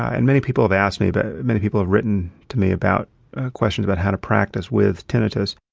and many people have asked me, but many people have written to me about questions about how to practice with tinnitus.